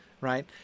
right